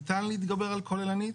ניתן להתגבר על הכוללנית,